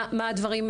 מה הדברים?